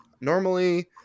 normally